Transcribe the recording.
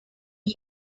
ari